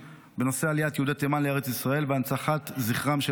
בנושא עליית יהודי תימן לארץ ישראל והנצחת זכרם של